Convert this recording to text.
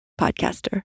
podcaster